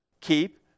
Keep